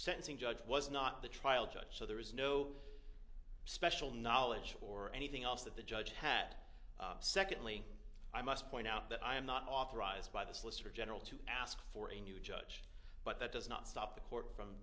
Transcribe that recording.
sentencing judge was not the trial judge so there is no special knowledge or anything else that the judge hat secondly i must point out that i am not authorized by the solicitor general to ask for a new judge but that does not stop the court from